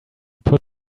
put